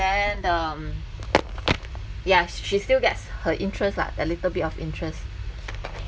then the um yes she still gets her interest lah a little bit of interest